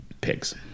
pigs